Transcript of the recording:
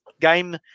game